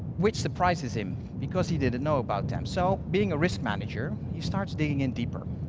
which surprises him, because he didn't know about them. so being a risk manager, he starts digging in deeper.